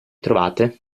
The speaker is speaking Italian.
trovate